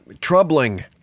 troubling